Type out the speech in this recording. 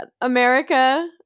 America